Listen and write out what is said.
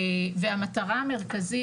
והמטרה המרכזית,